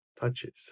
touches